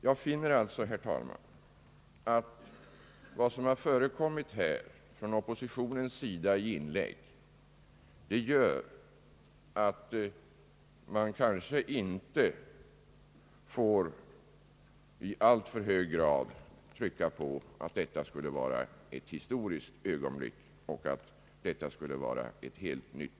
Jag finner alltså, herr talman, att vad som har förekommit i inlägg från oppositionens sida gör att man kanske inte får i alltför hög grad trycka på att detta skulle vara ett historiskt ögonblick och att utskottets memorial skulle vara någonting helt nytt.